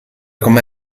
come